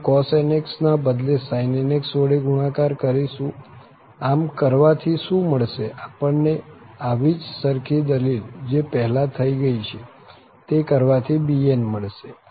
આપણે cos nx ના બદલે sin nx વડે ગુણાકાર કરીશું આમ કરવા થી શું મળશે આપણ ને આવી જ સરખી દલીલ જે પહેલા થઇ ગઈ છે તે કરવાથી bn મળશે